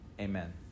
Amen